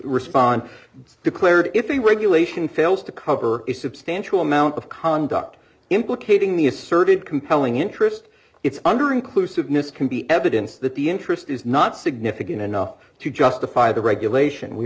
respond declared if a regulation fails to cover a substantial amount of conduct implicating the asserted compelling interest it's under inclusiveness can be evidence that the interest is not significant enough to justify the regulation we